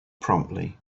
promptly